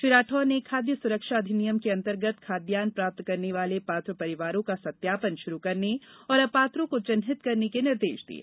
श्री राठौर ने खाद्य सुरक्षा अधिनियम के अंतर्गत खाद्यान्न प्राप्त करने वाले पांत्र परिवारों का सत्यापन शुरू करने और अपात्रों को चिन्हित करने के निर्देश दिये